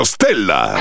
Stella